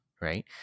right